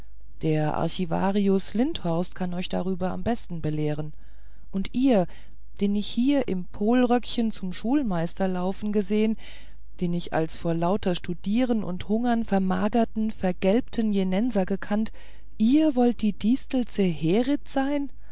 der archivarius lindhorst kann euch darüber am besten belehren und ihr den ich hier im polröckchen zum schulmeister laufen gesehen den ich als vor lauter studieren und hungern vermagerten vergelbten jenenser gekannt ihr wollt die distel zeherit sein